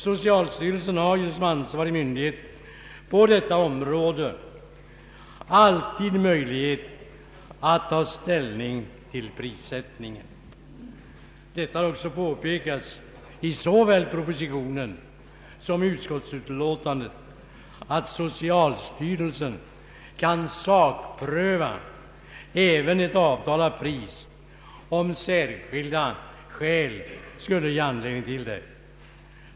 Socialstyrelsen har som ansvarig myndighet på detta område alltid möjlighet att ta ställning till prissättningen. Det har också påpekats i såväl propositionen som utskottsutlåtandet att socialstyrelsen kan sakpröva även ett avtalat pris, om särskilda skäl skulle ge anledning till det.